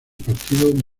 partido